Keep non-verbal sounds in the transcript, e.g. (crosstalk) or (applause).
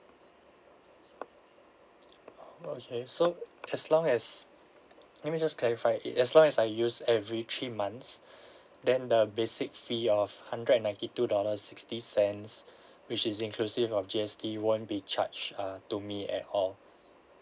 okay so as long as let me just clarify it as long as I use every three months (breath) then the basic fee of hundred and ninety two dollars sixty cents which is inclusive of G_S_T won't be charged err to me at all